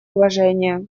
уважения